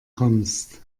kommst